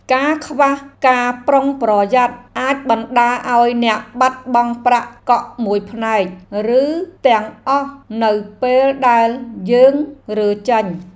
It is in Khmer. ការខ្វះការប្រុងប្រយ័ត្នអាចបណ្ដាលឱ្យអ្នកបាត់បង់ប្រាក់កក់មួយផ្នែកឬទាំងអស់នៅពេលដែលយើងរើចេញ។